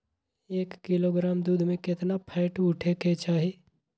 एक किलोग्राम दूध में केतना फैट उठे के चाही?